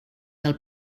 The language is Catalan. del